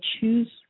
choose